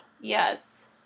yes